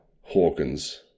Hawkins